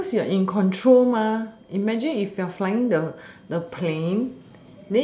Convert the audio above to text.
because you are in control imagine if you are flying the the plane